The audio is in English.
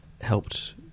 helped